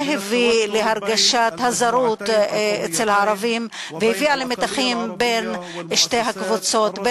זה הביא להרגשת זרות אצל הערבים וגרם למתחים בין שתי הקבוצות,